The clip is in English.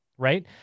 right